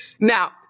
Now